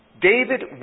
David